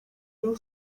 will